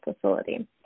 facility